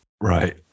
right